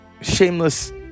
Shameless